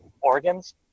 organs